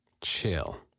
chill